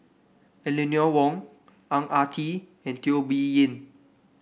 Eleanor Wong Ang Ah Tee and Teo Bee Yen